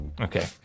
Okay